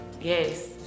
Yes